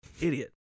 Idiot